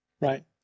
right